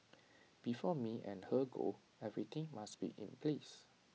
before me and her go everything must be in place